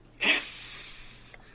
Yes